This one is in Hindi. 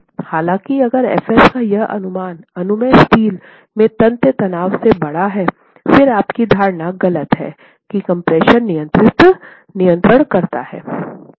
हालाँकि अगर f s का यह अनुमान अनुमेय स्टील में तन्य तनाव से बड़ा है फिर आपकी धारणा गलत है कि कम्प्रेशन नियंत्रण करता है